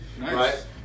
right